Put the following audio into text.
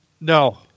No